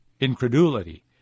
incredulity